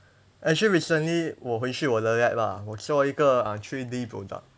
actually recently 我回去我的 lab lah 我做一个 uh three D product